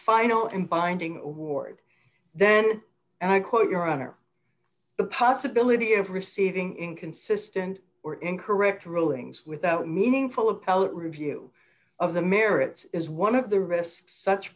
final and binding award then i quote your honor the possibility of receiving inconsistent or incorrect rulings without meaningful appellate review of the merits is one of the rest such